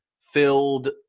filled